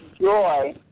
joy